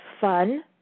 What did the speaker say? fun